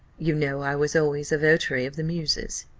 you know i was always a votary of the muses.